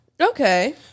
Okay